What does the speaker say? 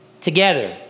together